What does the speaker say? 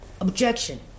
Objection